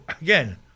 again